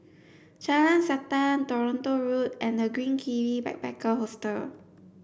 Jalan Siantan Toronto Road and The Green Kiwi Backpacker Hostel